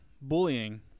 bullying